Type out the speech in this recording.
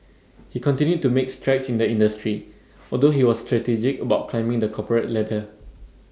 he continued to make strides in the industry although he was strategic about climbing the corporate ladder